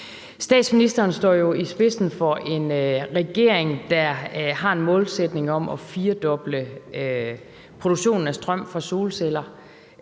Statsministeren står jo i spidsen for en regering, der har en målsætning om at firedoble produktionen af strøm fra solceller